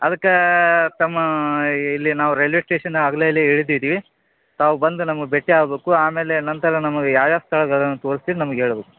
ಅದಕ್ಕೆ ತಮ್ಮ ಇಲ್ಲಿ ನಾವು ರೈಲ್ವೆ ಸ್ಟೇಷನ್ ಅಗಲೆಲ್ಲಿ ಇಳಿದಿದ್ವಿ ತಾವು ಬಂದು ನಮ್ಗೆ ಭೇಟಿ ಆಗ್ಬಕು ಆಮೇಲೇ ನಂತರ ನಮ್ಗೆ ಯಾವ ಯಾವ ಸ್ಥಳಗಳನ್ ತೋರಿಸಿ ನಮ್ಗೆ ಹೇಳ್ಬೇಕ್